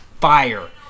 fire